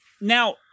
Now